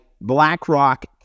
BlackRock